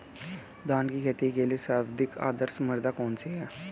धान की खेती के लिए सर्वाधिक आदर्श मृदा कौन सी है?